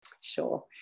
Sure